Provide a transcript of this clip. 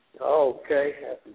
Okay